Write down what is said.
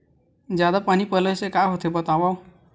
जादा पानी पलोय से का होथे बतावव?